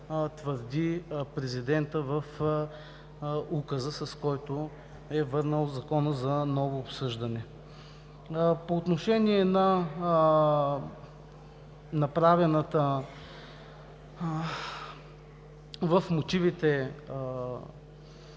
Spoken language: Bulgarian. твърди президентът в указа, с който е върнал Закона за ново обсъждане. По отношение на направения анализ в мотивите